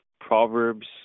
Proverbs